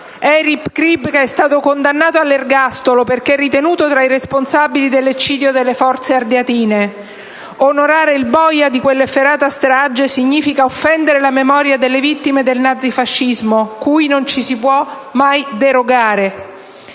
Erich Priebke è stato condannato all'ergastolo perché ritenuto tra i responsabili dell'eccidio delle Fosse Ardeatine: onorare il boia di quella efferata strage significa offendere la memoria delle vittime del nazifascismo, che mai dobbiamo dimenticare.